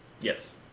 Yes